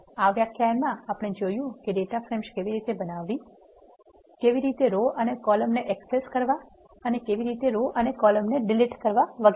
આ વ્યાખ્યાનમાં આપણે જોયું છે કે ડેટા ફ્રેમ્સ કેવી રીતે બનાવવી કેવી રીતે રો અને કોલમ ને એક્સેસ કરવા અને કેવી રીતે રો અને કોલમ ને ડિલીટ કરવા વગેરે